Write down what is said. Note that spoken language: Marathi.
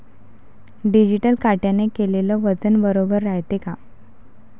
डिजिटल काट्याने केलेल वजन बरोबर रायते का?